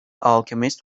alchemist